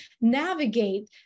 navigate